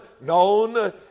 known